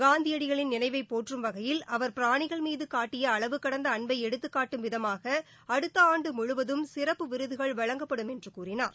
காந்தியடிகளின் நினைவை போற்றும் வகையில் அவர் பிராணிகள் மீது காட்டிய அளவு கடந்த அன்பை எடுத்துக்காட்டும் விதமாக அடுத்த ஆண்டு முழுவதும் சிறப்பு விருதுகள் வழங்கப்படும் என்று கூறினார்